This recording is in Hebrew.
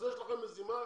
יש לכם מזימה